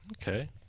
Okay